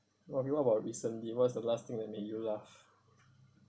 okay what about recently what's the last thing that make you laugh